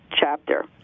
chapter